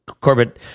Corbett